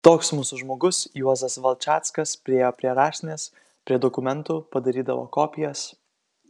toks mūsų žmogus juozas valčackas priėjo prie raštinės prie dokumentų padarydavo kopijas